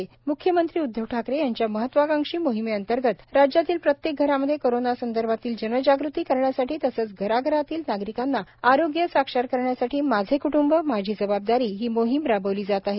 म्ख्यमंत्री उद्वव ठाकरे यांच्या महत्त्वाकांक्षी मोहिमेअंतर्गत राज्यातील प्रत्येक घरामध्ये कोरोना संदर्भातील जनजागृती करण्यासाठी तसंच घराघरातील नागरिकांना आरोग्य साक्षर करण्यासाठी माझे क्ट्ंब माझी जबाबदारी ही मोहीम राबविली जात आहे